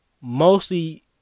mostly